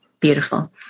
Beautiful